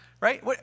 Right